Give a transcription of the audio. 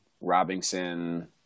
Robinson